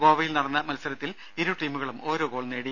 ഗോവയിൽ നടന്ന മത്സരത്തിൽ ഇരുടീമുകളും ഓരോ ഗോൾ നേടി